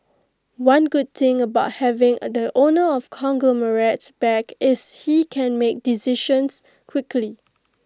one good thing about having the owner of the conglomerate back is he can make decisions quickly